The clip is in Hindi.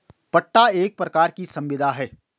पट्टा एक प्रकार की संविदा है